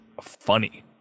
funny